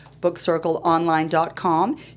bookcircleonline.com